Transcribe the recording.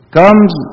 comes